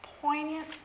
poignant